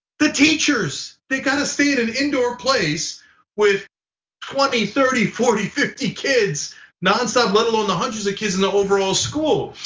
the teachers, they gotta stay in an indoor place with twenty, thirty, forty, fifty kids non stop, let alone the hundreds of kids in the overall school.